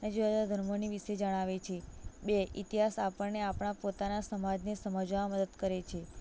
અને જુદા જુદા ધર્મોની વિશે જણાવે છે બે ઇતિહાસ આપણને આપણા પોતાના સમાજને સમજવામાં મદદ કરે છે